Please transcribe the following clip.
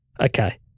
Okay